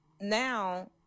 now